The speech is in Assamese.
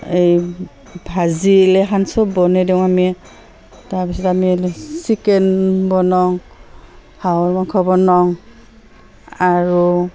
এই ভাজিলেখান চব বনাই দিওঁ আমি তাৰপিছত আমি চিকেন বনাওঁ হাঁহৰ মাংস বনাওঁ আৰু